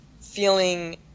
feeling